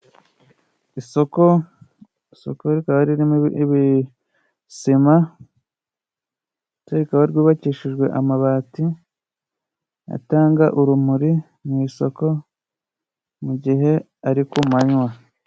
Isoko isoko rikaba ririmo ibisima ndetse rikaba rybakishijwe amabati atanga urumuri mu isoko mu gihe ari ku manywa.